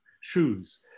shoes